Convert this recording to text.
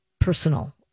personal